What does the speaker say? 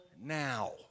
now